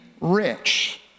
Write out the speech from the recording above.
rich